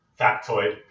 factoid